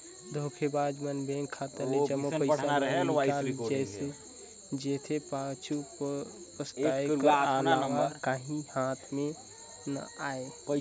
धोखेबाज मन बेंक खाता ले जम्मो पइसा ल निकाल जेथे, पाछू पसताए कर अलावा काहीं हाथ में ना आए